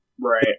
Right